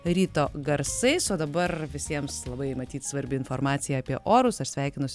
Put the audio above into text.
ryto garsais o dabar visiems labai matyt svarbi informacija apie orus aš sveikinuosi